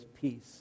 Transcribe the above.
peace